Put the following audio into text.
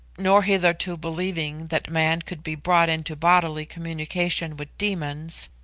nor hitherto believing that man could be brought into bodily communication with demons,